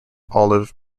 olive